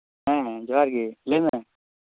ᱦᱮᱸ ᱡᱚᱦᱟᱨ ᱜᱮ ᱞᱟᱹᱭ ᱢᱮ